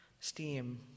steam